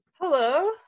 Hello